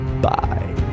Bye